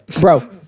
Bro